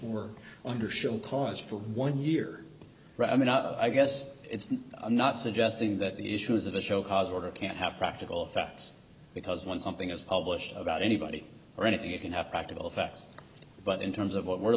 we're under show cause for one year i mean i guess i'm not suggesting that the issues of a show cause order can't have practical effects because when something is published about anybody or anything it can have practical effects but in terms of what we're